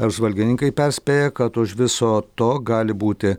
apžvalgininkai perspėja kad už viso to gali būti